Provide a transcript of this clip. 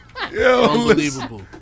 Unbelievable